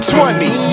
Twenty